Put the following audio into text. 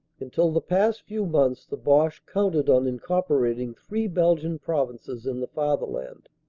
until the past few months the boche counted on incorporating three belgian provinces in the fatherland.